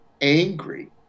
angry